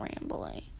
rambling